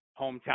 hometown